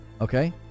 okay